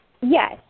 Yes